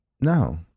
No